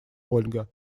ольга